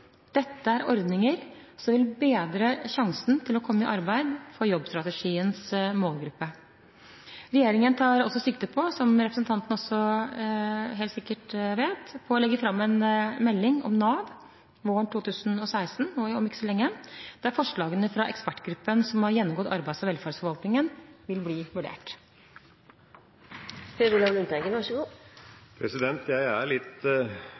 Dette er ordninger som vil bedre sjansen til å komme i arbeid for jobbstrategiens målgruppe. Regjeringen tar sikte på, som representanten helt sikkert vet, å legge fram en melding om Nav våren 2016 – om ikke så lenge – der forslagene fra ekspertgruppen som har gjennomgått arbeids- og velferdsforvaltningen, vil bli